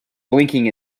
blinking